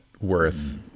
worth